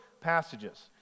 passages